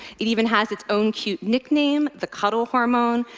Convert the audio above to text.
it even has its own cute nickname, the cuddle hormone,